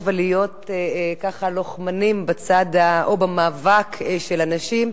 ולהיות ככה לוחמנים במאבק של הנשים: